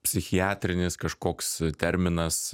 psichiatrinis kažkoks terminas